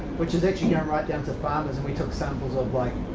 which is actually going right down to farmers, and we took samples of like